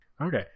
Okay